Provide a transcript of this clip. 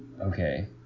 Okay